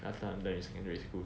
last time underage secondary school